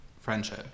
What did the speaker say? friendship